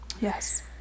Yes